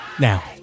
now